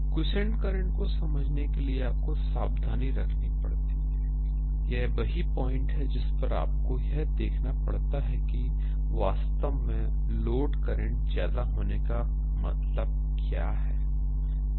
iq को समझने के लिए आपको सावधानी रखनी पड़ती है I यह वही पॉइंट है जिस पर आपको यह देखना पड़ता है कि वास्तव में लोड करंट ज्यादा होने का मतलब क्या है